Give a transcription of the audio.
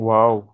Wow